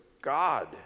God